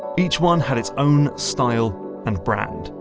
each one had its own style and brand.